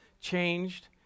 changed